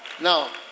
Now